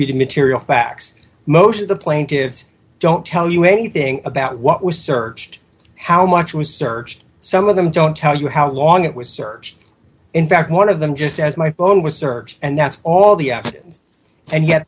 of material facts most of the plaintiffs don't tell you anything about what was searched how much was searched some of them don't tell you how long it was searched in fact one of them just as my phone was searched and that's all the out and yet